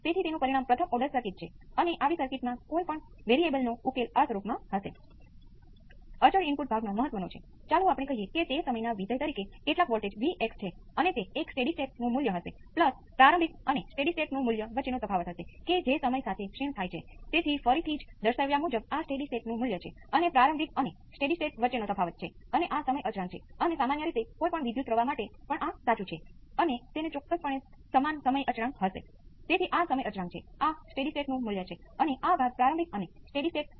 તેથી એકમાત્ર સ્થાન જ્યાં આ j દેખાય છે તે આના ગુણાકારમાં છે કારણ કે જ્યારે તમે V p exponential j ω t ϕ ના રિસ્પોન્સ ની ગણતરી કરો છો ત્યારે વાસ્તવિક ભાગ અહીં રિસ્પોન્સ છે અને કાલ્પનિક ભાગ ત્યાં રિસ્પોન્સ છે